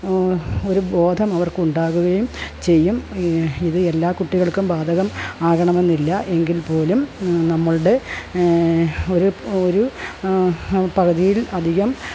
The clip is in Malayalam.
ഒരു ബോധമവർക്ക് ഉണ്ടാകുകയും ചെയ്യും ഇത് എല്ലാ കുട്ടികൾക്കും ബാധകം ആകണമെന്നില്ല എങ്കിൽ പോലും നമ്മളുടെ ഒരു ഒരു പകുതിയിൽ അധികം